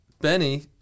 Benny